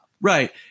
right